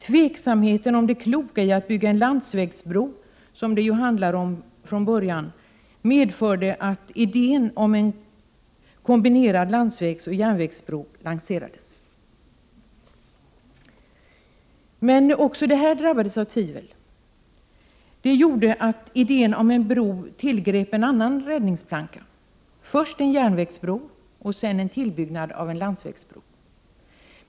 Tveksamheten om det kloka i att bygga en landsvägsbro, som det ju från början handlade om, medförde att idén om en kombinerad landsvägsoch järnvägsbro lanserades. Men också den drabbades av tvivlet. Det gjorde att man tillgrep en annan räddningsplanka: Först en järnvägsbro, och sedan en tillbyggnad av en landsvägsbro.